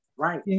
Right